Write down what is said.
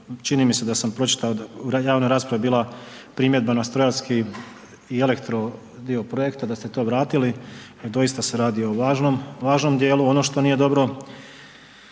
čini mi se da sam pročitao da je u javnoj raspravi bila primjedba na strojarski i elektro dio projekta da ste to vratili, jer doista se radi o važnom dijelu. Ono što nije dobro